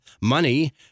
money